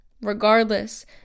regardless